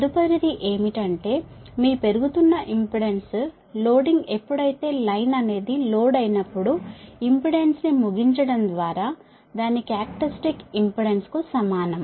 తదుపరిది ఏమిటంటే మీ పెరుగుతున్న ఇంపెడెన్స్ లోడింగ్ ఎప్పుడైతే లైన్ అనేది లోడ్ అయినప్పుడు ఇంపెడెన్స్ ని ముగించడం ద్వారా దాని క్యారక్టర్య్స్టిక్ ఇంపెడెన్స్ కు సమానం